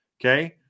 Okay